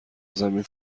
زمین